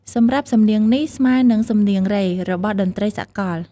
សំរាប់សំនៀងនេះស្មើនឹងសំនៀងរ៉េ របស់តន្ដ្រីសាកល។